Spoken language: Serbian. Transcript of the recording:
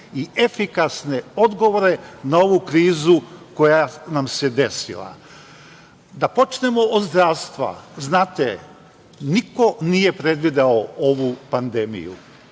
i efikasne odgovore na ovu krizu koja nam se desila. Da počnemo od zdravstva. Znate, niko nije predvideo ovu pandemiju